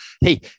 Hey